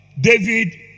david